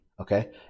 okay